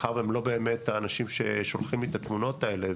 מאחר והם לא באמת האנשים ששולחים לי את התמונות האלה,